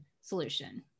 solution